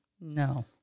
No